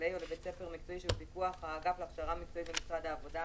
חקלאי או לבית ספר מקצועי שבפיקוח האגף להכשרה מקצועית במשרד העבודה,